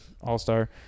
all-star